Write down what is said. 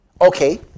Okay